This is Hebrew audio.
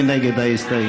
מי נגד ההסתייגות?